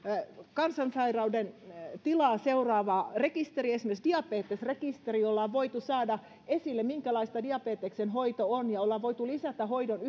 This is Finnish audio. kansansairauden tilaa seuraavaa rekisteriä esimerkiksi diabetesrekisteri jolla on voitu saada esille minkälaista diabeteksen hoito on ja ollaan voitu lisätä hoidon